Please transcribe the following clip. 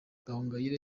gahongayire